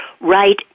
right